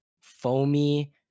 foamy